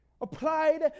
Applied